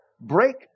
break